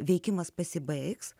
veikimas pasibaigs